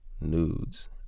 nudes